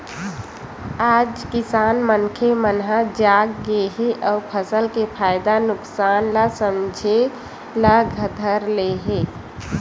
आज किसान मनखे मन ह जाग गे हे अउ फसल के फायदा नुकसान ल समझे ल धर ले हे